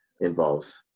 involves